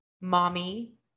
mommy